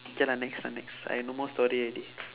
okay lah next lah next I no more story already